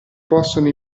possono